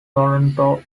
toronto